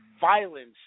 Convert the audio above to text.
violence